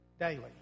daily